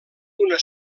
una